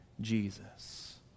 Jesus